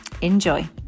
Enjoy